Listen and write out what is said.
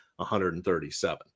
137